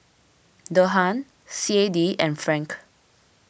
Dirham C A D and Franc